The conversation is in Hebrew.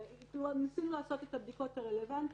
ניסינו לעשות את הבדיקות הרלוונטיות,